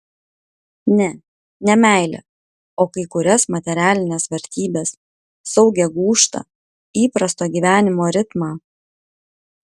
ne ne meilę o kai kurias materialines vertybes saugią gūžtą įprasto gyvenimo ritmą